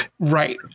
Right